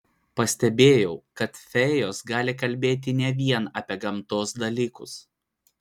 pastebėjau kad fėjos gali kalbėti ne vien apie gamtos dalykus